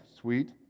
sweet